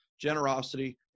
generosity